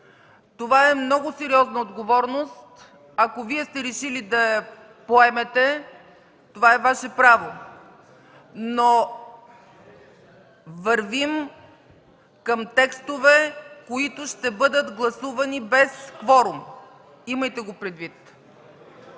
Това е много сериозна отговорност – ако Вие сте решили да я поемете, това е Ваше право. Вървим обаче към текстове, които ще бъдат гласувани без кворум – имайте го предвид.